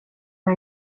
för